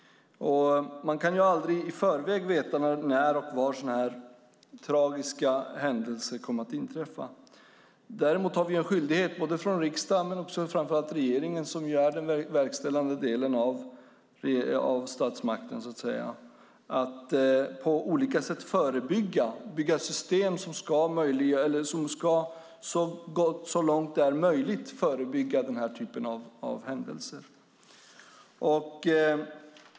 Man kan aldrig i förväg veta när och var sådana tragiska händelser kommer att inträffa. Däremot har vi en skyldighet från riksdagen men framför allt från regeringen, som är den verkställande delen av statsmakten, att på olika sätt så långt det är möjligt förebygga denna typ av händelser.